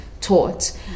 taught